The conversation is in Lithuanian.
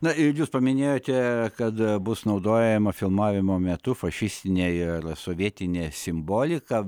na ir jūs paminėjote kad bus naudojama filmavimo metu fašistinė ir sovietinė simbolika